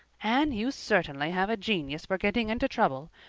anne, you certainly have a genius for getting into trouble.